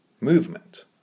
Movement